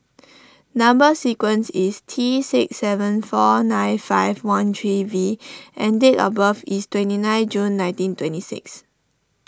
Number Sequence is T six seven four nine five one three V and date of birth is twenty nine June nineteen twenty six